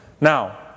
Now